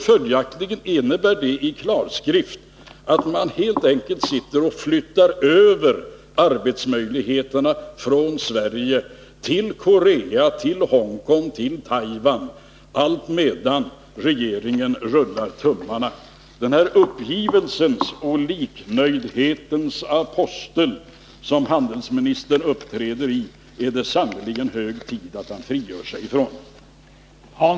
Detta innebär i klarskrift att man helt enkelt flyttar över arbetsmöjligheterna från Sverige till Korea, till Hongkong, till Taiwan, allt medan regeringen rullar tummarna. Den här rollen som uppgivelsens och liknöjdhetens apostel som handelsministern uppträder i är det sannerligen hög tid att han frigör sig från.